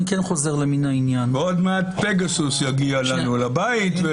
ועוד מעט פגסוס יגיע לנו לבית.